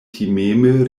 timeme